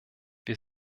wir